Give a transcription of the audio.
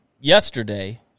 yesterday